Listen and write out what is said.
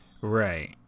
right